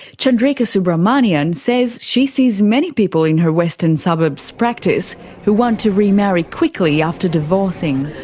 chandrika subramaniyan says she sees many people in her western suburbs practice who want to remarry quickly after divorcing.